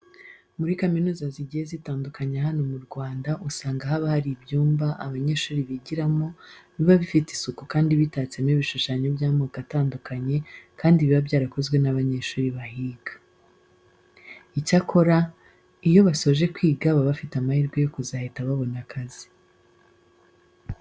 Muri kaminuza zigiye zitandukanye hano mu Rwanda usanga haba hari ibyumba abanyeshuri bigiramo biba bifite isuku kandi bitatsemo ibishushanyo by'amoko atandukanye kandi biba byarakozwe n'abanyeshuri bahiga. Icyakora, iyo basoje kwiga baba bafite amahirwe yo kuzahita babona akazi.